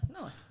nice